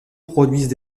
produisent